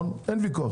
ין ויכוח.